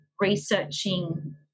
researching